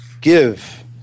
give